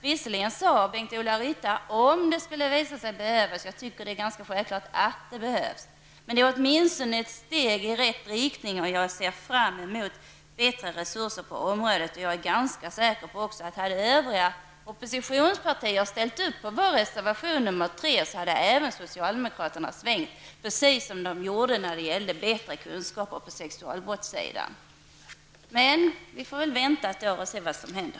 Visserligen sade Bengt-Ola Ryttar att man är beredd att göra detta om det skulle visa sig behövas. Jag tycker att det är ganska självklart att det behövs. Men det är åtminstone ett steg i rätt riktning, och jag ser fram emot bättre resurser på området. Jag är också ganska säker på att om övriga oppositionspartier hade ställt sig bakom vår reservation 3 hade även socialdemokraterna svängt, precis som de gjorde när det gällde bättre kunskaper på sexualbrottssidan. Men vi får väl vänta ett år och se vad som händer.